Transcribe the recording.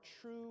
true